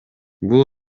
бул